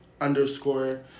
underscore